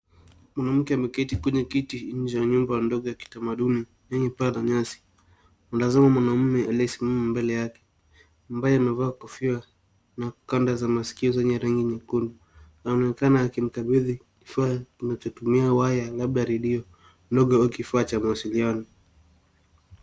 Mwanamke ameketi kwenye kiti nje ya nyumba ndogo ya kitamaduni yenye paa la nyasi. Tunaezaona mwanaume aliyesimama mbele yake ambaye amevaa kofia na kanda za masikio zenye rangi nyekundu. Anaonekana akimkabidhi kifaa kinachotumia waya labda redio ndogo au kifaa cha mawasiliano.